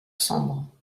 sambre